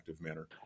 manner